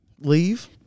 Leave